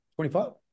25